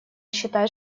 считает